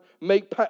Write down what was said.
make